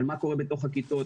על מה קורה בתוך הכיתות,